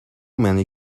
many